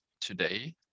today